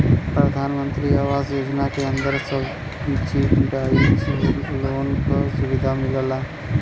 प्रधानमंत्री आवास योजना के अंदर सब्सिडाइज लोन क सुविधा मिलला